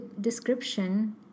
description